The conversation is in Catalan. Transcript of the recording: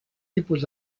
tipus